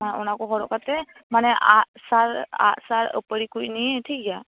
ᱟᱸ ᱚᱱᱟᱠᱚ ᱦᱚᱨᱚᱜ ᱠᱟᱛᱮ ᱢᱟᱱᱮ ᱟᱸᱜ ᱥᱟᱨ ᱟᱸᱜ ᱥᱟᱨ ᱟ ᱯᱟ ᱲᱤ ᱠᱚ ᱱᱤᱭᱟᱹ ᱴᱷᱤᱠᱜᱮᱭᱟ